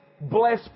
bless